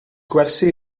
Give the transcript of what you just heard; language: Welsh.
gwersi